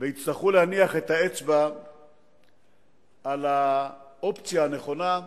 ויצטרכו להניח את האצבע על האופציה הנכונה,